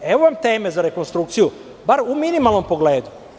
Evo vam teme za rekonstrukciju, bar u minimalnom pogledu.